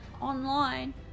online